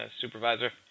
supervisor